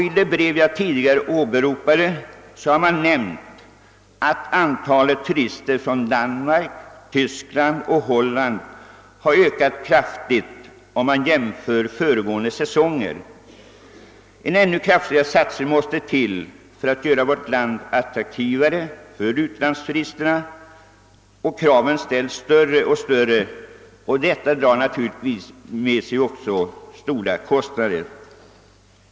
I det brev jag tidigare åberopade nämns att antalet turister från Danmark, Tyskland och Holland ökat starkt jämfört med föregående säsonger. En ännu kraftigare satsning krävs för att göra vårt land attraktivare för utlandsturisterna. Kraven blir allt större, vilket naturligtvis också medför stora kostnader.